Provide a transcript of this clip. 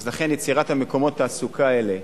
לכן, יצירת מקומות התעסוקה האלה,